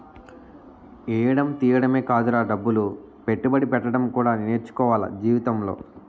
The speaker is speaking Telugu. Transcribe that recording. ఎయ్యడం తియ్యడమే కాదురా డబ్బులు పెట్టుబడి పెట్టడం కూడా నేర్చుకోవాల జీవితంలో